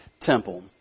temple